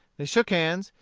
they shook hands,